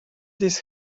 this